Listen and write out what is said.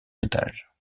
étage